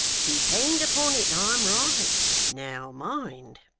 depend upon it, i'm right. now, mind